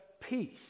peace